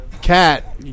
Cat